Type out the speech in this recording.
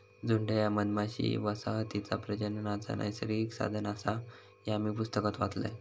झुंड ह्या मधमाशी वसाहतीचा प्रजननाचा नैसर्गिक साधन आसा, ह्या मी पुस्तकात वाचलंय